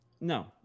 no